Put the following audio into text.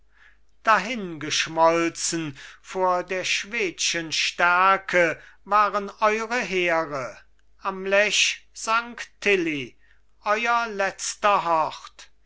dahingeschmolzen vor der schwedschen stärke waren eure heere am lech sank tilly euer letzter hort